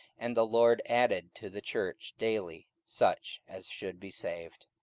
and the lord added to the church daily such as should be saved.